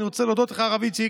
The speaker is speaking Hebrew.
אני רוצה להודות לך, הרב איציק,